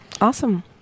Awesome